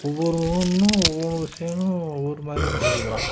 ஒவ்வொரு ஒன்றும் ஒவ்வொரு விஷயங்களும் ஒவ்வொரு மாதிரி புரிஞ்சிக்கிறான்